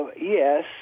Yes